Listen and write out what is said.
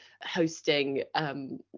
hosting